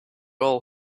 all